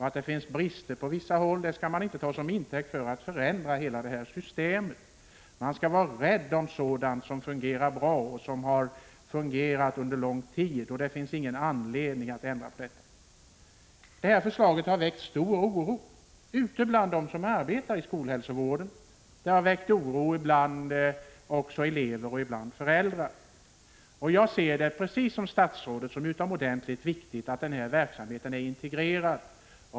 Att det finns brister på vissa håll skall man inte ta som intäkt för att förändra hela detta system. Man skall vara rädd om sådant som fungerar bra och som har gjort det under lång tid. Det finns ingen anledning att ändra på detta. Det här förslaget har väckt stor oro ute bland dem som arbetar inom skolhälsovården. Det har också väckt oro bland elever och föräldrar. Jag ser det, precis som statsrådet, som utomordentligt viktigt att denna verksamhet är integrerad.